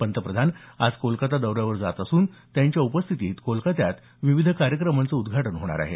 पंतप्रधान आज कोलकाता दौऱ्यावर जात असून त्यांच्या उपस्थितीत कोलकात्यात विविध कार्यक्रमांचं उद्घटान होणार आहे